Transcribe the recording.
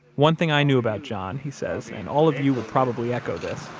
one thing i knew about john, he says, and all of you will probably echo this